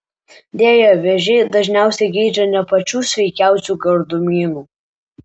deja vėžiai dažniausiai geidžia ne pačių sveikiausių gardumynų